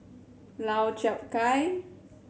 Lau Chiap Khai